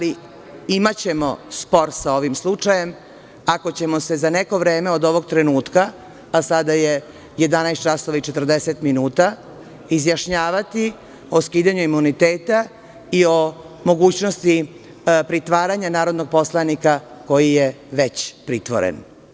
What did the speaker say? Imaćemo spor sa ovim slučajem, ako ćemo se za neko vreme od ovog trenutka, a sada je 11 časova i 40 minuta, izjašnjavati o skidanju imuniteta i o mogućnosti pritvaranja narodnog poslanika koji je već pritvoren.